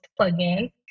plugin